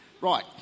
right